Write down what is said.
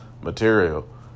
material